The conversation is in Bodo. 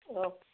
औ